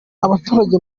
abaturage